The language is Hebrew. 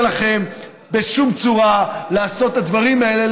לכם בשום צורה לעשות את הדברים האלה,